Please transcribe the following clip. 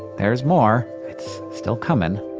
there's more. it's still coming.